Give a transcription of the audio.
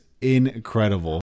incredible